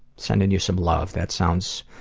sending you some love. that sounds,